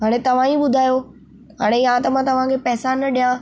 हाणे तव्हां ई ॿुधायो हाणे या त मां तव्हां खे पैसा न ॾियां